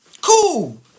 Cool